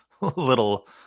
little